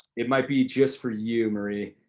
it might be just for you, marie.